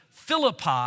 Philippi